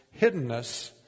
hiddenness